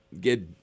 get